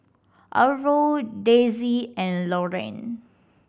Arvo Dessie and Loraine